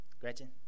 Gretchen